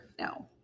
No